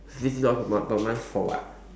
fifty dollars per month per month for what